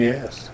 Yes